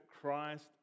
Christ